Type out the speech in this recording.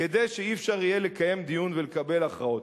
כדי שאי-אפשר יהיה לקיים דיון ולקבל הכרעות.